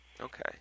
Okay